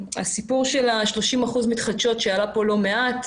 לגבי ה-30 אחוזים מתחדשות שעלה כאן לא מעט.